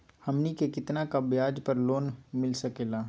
हमनी के कितना का ब्याज पर लोन मिलता सकेला?